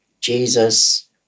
Jesus